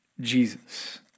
Jesus